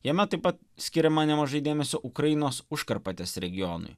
jame taip pat skiriama nemažai dėmesio ukrainos užkarpatės regionui